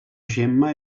gemma